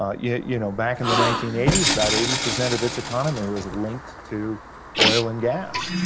ah yeah you know, back in the nineteen eighty s, about eighty percent of its economy was linked to oil and gas.